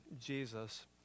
Jesus